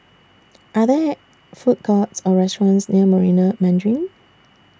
Are There Food Courts Or restaurants near Marina Mandarin